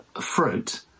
fruit